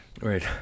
Right